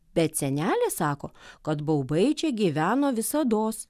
bet senelė sako kad baubai čia gyveno visados